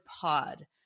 pod